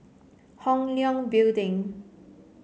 Hong Leong Building